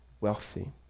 wealthy